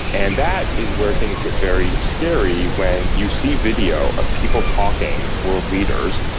and that is where things get very scary, when you see video of people talking, world leaders,